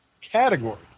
category